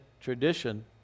tradition